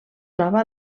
troba